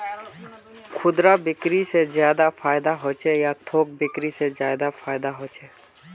खुदरा बिक्री से ज्यादा फायदा होचे या थोक बिक्री से ज्यादा फायदा छे?